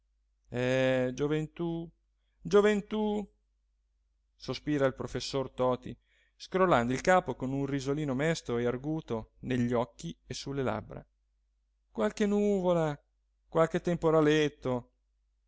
eh gioventù gioventù sospira il professor toti scrollando il capo con un risolino mesto e arguto negli occhi e sulle labbra qualche nuvola qualche temporaletto